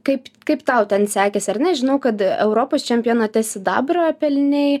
kaip kaip tau ten sekėsi ar ne žinau kad europos čempionate sidabrą pelnei